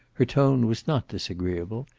her tone was not disagreeable.